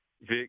Vic